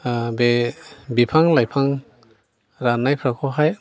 बे बिफां लाइफां राननायफ्राखौहाय